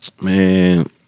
Man